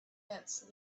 ants